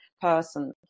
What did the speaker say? person